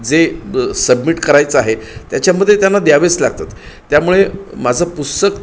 जे सबमिट करायचं आहे त्याच्यामध्ये त्यांना द्यावेच लागतात त्यामुळे माझं पुस्तक